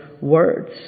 words